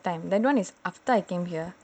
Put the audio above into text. oh no no not that time that [one] is after I came here